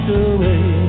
away